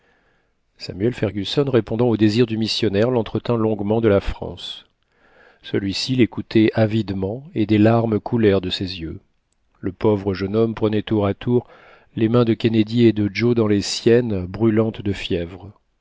samuel fergusson répondant au désir du missionnaire l'entretint longuement de la france celui-ci l'écoutait avidement et des larmes coulèrent de ses yeux le pauvre jeune homme prenait tour à tour les mains de kennedy et de joe dans les siennes brûlantes de fièvre